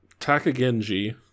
Takagenji